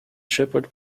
shepard